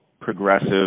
progressive